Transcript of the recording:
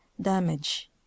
Damage